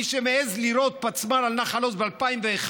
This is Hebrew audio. ומי שמעז לירות פצמ"ר על נחל עוז ב-2001,